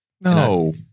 No